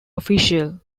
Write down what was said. official